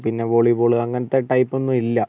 പിന്നെ വോളിബോള് അങ്ങനത്തെ ടൈപ്പ് ഒന്നും ഇല്ല